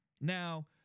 Now